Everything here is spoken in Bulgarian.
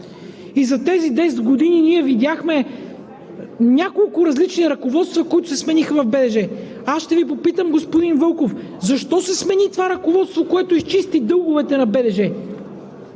За тези 10 години ние видяхме няколко различни ръководства, които се смениха в БДЖ. Аз ще Ви попитам, господин Вълков: защо се смени това ръководство, което изчисти дълговете на БДЖ?